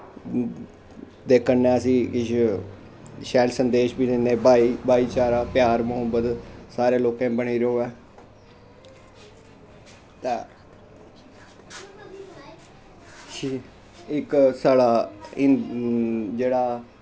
दे कन्नै अस किश शैल संदेश बी दिन्ने भाईचारा प्यार महोबत सारें लोकें बनी र'वै ते इक साढ़ा जेह्ड़ा